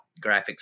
graphics